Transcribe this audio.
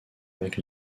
avec